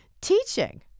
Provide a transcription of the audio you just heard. teaching